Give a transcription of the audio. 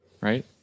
right